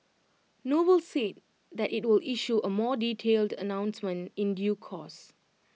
noble said that IT will issue A more detailed announcement in due course